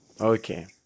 Okay